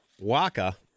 Waka